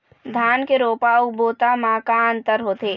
धन के रोपा अऊ बोता म का अंतर होथे?